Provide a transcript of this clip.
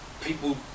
people